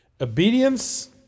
Obedience